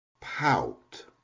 pout